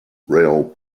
rail